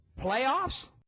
Playoffs